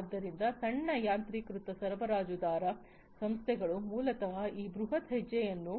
ಆದ್ದರಿಂದ ಸಣ್ಣ ಯಾಂತ್ರೀಕೃತ ಸರಬರಾಜುದಾರ ಸಂಸ್ಥೆಗಳು ಮೂಲತಃ ಈ ಬೃಹತ್ ಹೆಜ್ಜೆಯನ್ನು